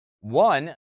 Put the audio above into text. One